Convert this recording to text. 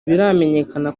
biramenyekana